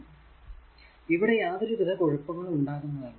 ഇനി ഇവിടെ യാതൊരു വിധ കുഴപ്പങ്ങളും ഉണ്ടാകുന്നതല്ല